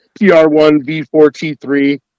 PR1V4T3